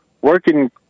working